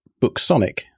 BookSonic